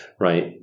right